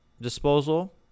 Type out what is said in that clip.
disposal